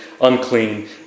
unclean